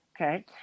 Okay